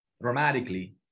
dramatically